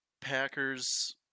Packers